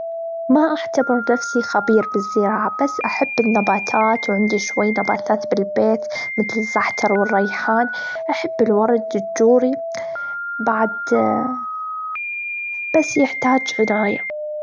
ما أحتبر نفسي خبير بالزراعة بس أحب النباتات وعندي شوي نباتات بالبيت متل الزحتر، والريحان أحب الورد الجوري بعد بس يحتاج عناية.